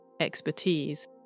expertise